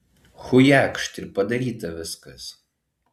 chujakšt ir padaryta viskas